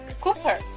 Cooper